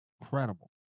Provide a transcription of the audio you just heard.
incredible